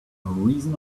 reason